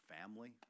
family